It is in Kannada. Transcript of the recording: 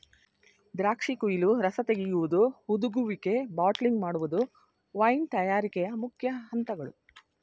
ದ್ರಾಕ್ಷಿ ಕುಯಿಲು, ರಸ ತೆಗೆಯುವುದು, ಹುದುಗುವಿಕೆ, ಬಾಟ್ಲಿಂಗ್ ಮಾಡುವುದು ವೈನ್ ತಯಾರಿಕೆಯ ಮುಖ್ಯ ಅಂತಗಳು